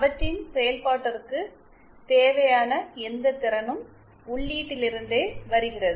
அவற்றின் செயல்பாட்டிற்கு தேவையான எந்த திறனும் உள்ளீட்டிலிருந்தே வருகிறது